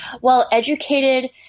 well-educated